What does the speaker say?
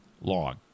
long